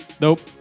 Nope